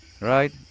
Right